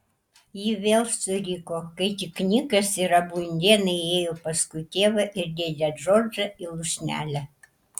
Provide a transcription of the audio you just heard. ji vėl suriko kai tik nikas ir abu indėnai įėjo paskui tėvą ir dėdę džordžą į lūšnelę